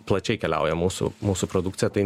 plačiai keliauja mūsų mūsų produkcija tai